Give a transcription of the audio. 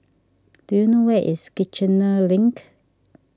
do you know where is Kiichener Link